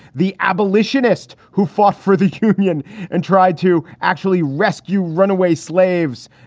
the abolitionist who fought for the union and tried to actually rescue runaway slaves,